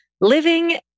living